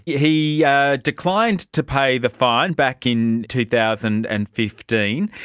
yeah he yeah declined to pay the fine back in two thousand and fifteen,